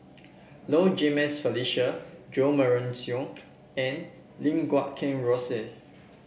Low Jimenez Felicia Jo Marion Seow and Lim Guat Kheng Rosie